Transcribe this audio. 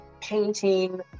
painting